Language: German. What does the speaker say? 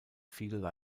viele